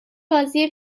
بازی